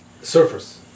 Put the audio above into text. surfers